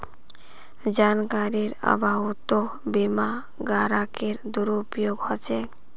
जानकारीर अभाउतो बीमा ग्राहकेर दुरुपयोग ह छेक